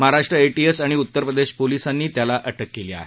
महाराष्ट्र एशीएस आणि उत्तर प्रदेश पोलिसांनी त्याला अ क केली आहे